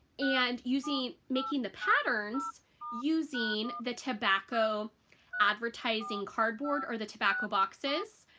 and using making the patterns using the tobacco advertising cardboard or the tobacco boxes,